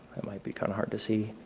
that might be kind of hard to see.